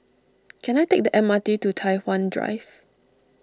can I take the M R T to Tai Hwan Drive